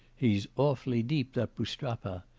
he's awfully deep that boustrapa!